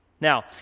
Now